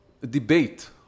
debate